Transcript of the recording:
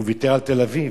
הוא ויתר על תל-אביב.